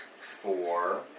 four